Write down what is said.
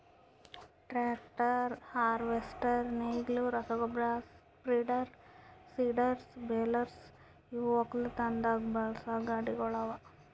tractor, harvester, ನೇಗಿಲು, ರಸಗೊಬ್ಬರ spreader, seeders, balers ಇವು ಒಕ್ಕಲತನದಾಗ್ ಬಳಸಾ ಗಾಡಿಗೊಳ್ ಅವಾ